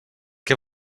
què